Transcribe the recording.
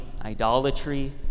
idolatry